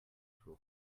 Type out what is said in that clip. flour